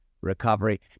recovery